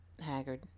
haggard